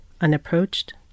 unapproached